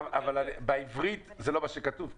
כן, אבל בעברית זה לא מה שכתוב כאן.